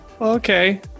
okay